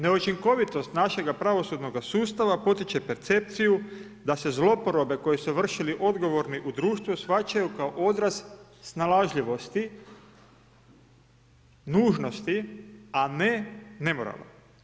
Neučinkovitost našega pravosudnoga sustava potiče percepciju da se zloporabe koje su vršili odgovorni u društvu shvaćaju kao odraz snalažljivosti, nužnosti a ne nemorala.